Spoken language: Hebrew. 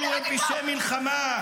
אלו הם פשעי מלחמה.